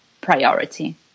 priority